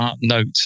note